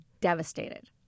Devastated